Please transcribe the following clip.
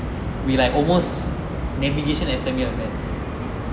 we like almost navigation assembly like that